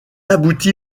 aboutit